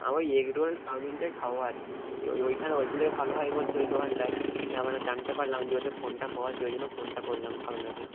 ওই এগরোল চাউমিনটাই খাব আর কি ওইখানে ওইগুলোই ভালো হয় বলছে ওই দোকানটায় দিয়ে আমরা জানতে পারলাম দিয়ে তো ফোনটা দিয়ে ওই জন্য ফোনটা করলাম আপনাকে